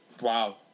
Wow